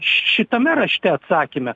š šitame rašte atsakyme